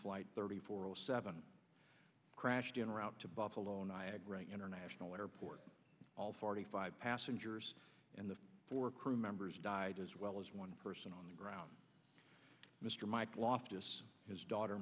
flight thirty four o seven crashed in route to buffalo niagara international airport all forty five passengers and the four crew members died as well as one person on the ground mr